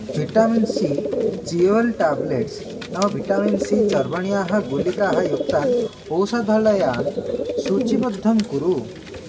vitamin C जियोल् tablets नाम vitamin C चार्वणियाः गोलिकाः युक्तान् औषधालयान् सूचीबद्धं कुरु